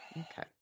Okay